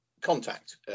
contact